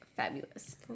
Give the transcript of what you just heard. Fabulous